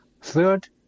Third